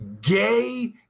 gay